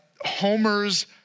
Homer's